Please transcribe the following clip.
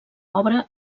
obra